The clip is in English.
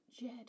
Jed